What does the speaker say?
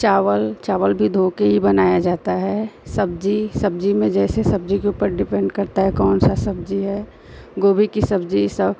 चावल चावल भी धोकर ही बनाया जाता है सब्ज़ी सब्ज़ी में जैसे सब्ज़ी के ऊपर डिपेन्ड करता है कौन सी सब्ज़ी है गोभी की सब्ज़ी सब